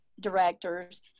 directors